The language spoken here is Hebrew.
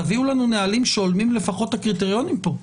תביאו לנו נהלים שהולמים לפחות את הקריטריונים פה.